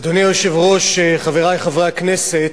אדוני היושב-ראש, חברי חברי הכנסת,